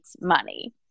money